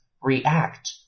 react